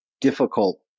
difficult